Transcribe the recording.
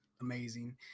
amazing